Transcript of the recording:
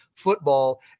Football